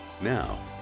Now